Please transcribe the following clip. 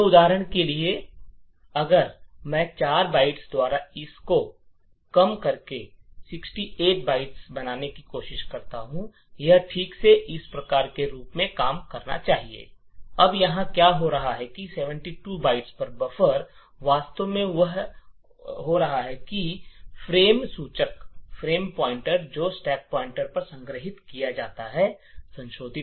तो उदाहरण के लिए अगर मैं 4 बाइट्स द्वारा इस को कम करने और यह ६८ बनाने के लिए यह ठीक से इस प्रकार के रूप में काम करना चाहिए अब यहां क्या हो रहा है कि ७२ बाइट्स पर बफर वास्तव में बह रहा है और फ्रेम सूचक जो स्टैक पर संग्रहीत किया जाता है संशोधित